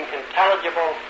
intelligible